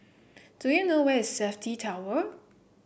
do you know where is Safti Tower